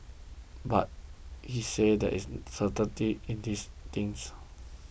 but he said there is certainty in these things